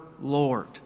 Lord